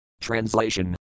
Translation